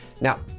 Now